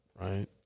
Right